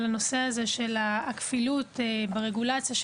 לגבי הכפילות ברגולציה.